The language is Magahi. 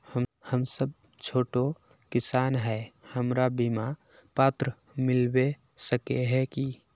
हम सब छोटो किसान है हमरा बिमा पात्र मिलबे सके है की?